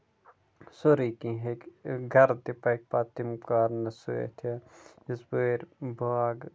سورُے کیٚنٛہہ ہیٚکہِ گرٕ تہِ پَکہِ پَتہٕ تَمہِ کارنہٕ سۭتۍ یِتھٕ پٲٹھۍ باغ